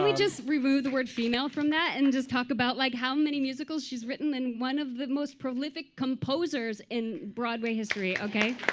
i mean just remove the word female from that and just talk about like how many musicals she's written, and one of the most prolific composers in broadway history, ok?